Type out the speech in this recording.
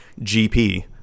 GP